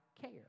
care